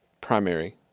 primary